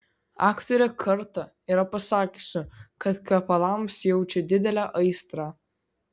aktorė kartą yra pasakiusi kad kvepalams jaučia didelę aistrą